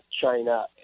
China